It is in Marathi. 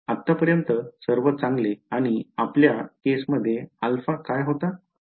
आतापर्यंत सर्व चांगले आणि आपल्या केस मध्ये α काय होता